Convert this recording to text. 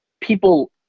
people